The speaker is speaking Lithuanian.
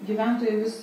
gyventojai vis